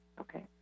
Okay